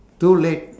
too late